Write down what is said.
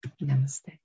Namaste